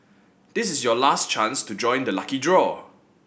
this is your last chance to join the lucky draw